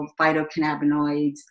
phytocannabinoids